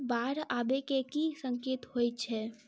बाढ़ आबै केँ की संकेत होइ छै?